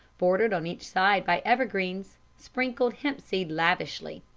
bordered on each side by evergreens, sprinkled hempseed lavishly.